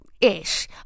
ish